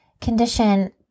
condition